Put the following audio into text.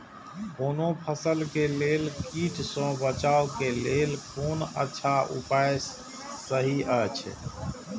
कोनो फसल के लेल कीट सँ बचाव के लेल कोन अच्छा उपाय सहि अछि?